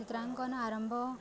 ଚିତ୍ରାଙ୍କନ ଆରମ୍ଭ